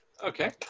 Okay